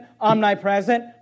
omnipresent